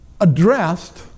addressed